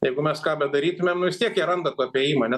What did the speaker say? jeigu mes ką bedarytumėm vis tiek jie randa tų apėjimų ane